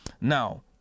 Now